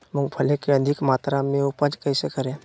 मूंगफली के अधिक मात्रा मे उपज कैसे करें?